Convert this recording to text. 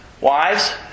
wives